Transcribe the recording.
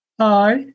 Hi